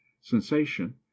sensation